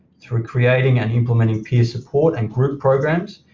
through creating and implementing peer support and group programs,